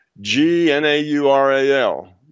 G-N-A-U-R-A-L